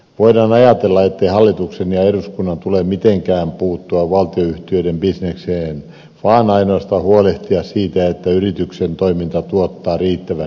voidaan ajatella ettei hallituksen ja eduskunnan tule mitenkään puuttua valtionyhtiöiden bisnekseen vaan ainoastaan huolehtia siitä että yrityksen toiminta tuottaa riittävästi tuloa valtiolle